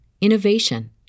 innovation